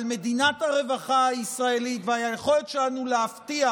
על מדינת הרווחה הישראלית ועל היכולת שלנו להבטיח,